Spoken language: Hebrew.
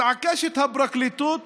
מתעקשת הפרקליטות